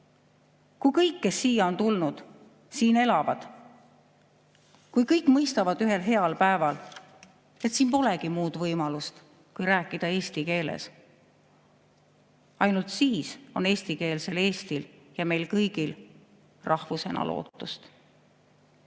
Kui kõik, kes siia on tulnud ja siin elavad, mõistavad ühel heal päeval, et siin polegi muud võimalust kui rääkida eesti keeles, ainult siis on eestikeelsel Eestil ja meil kõigil rahvusena lootust.